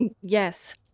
Yes